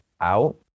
out